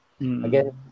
again